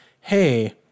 hey